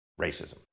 racism